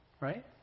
right